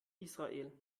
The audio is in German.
israel